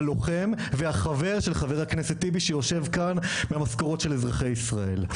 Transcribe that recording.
הלוחם והחבר של חבר הכנסת טיבי שיושב כאן מהמשכורות של אזרחי ישראל,